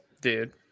Dude